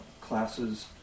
classes